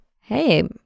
hey